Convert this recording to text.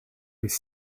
was